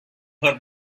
her